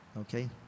Okay